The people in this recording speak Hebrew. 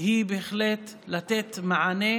היא בהחלט לתת מענה